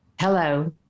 hello